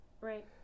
Right